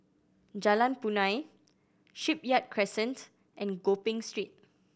Jalan Punai Shipyard Crescent and Gopeng Street